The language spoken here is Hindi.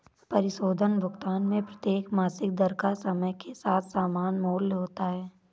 परिशोधन भुगतान में प्रत्येक मासिक दर का समय के साथ समान मूल्य होता है